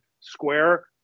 Square